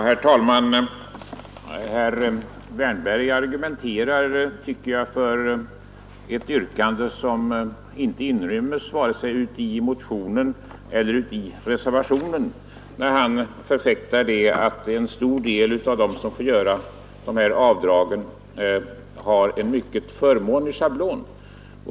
Herr talman! Herr Wärnberg argumenterar för ett yrkande som inte inryms i vare sig motionen eller reservationen när han förfäktar att man för en stor del av dem som får göra de här avdragen använder en mycket förmånlig schablon.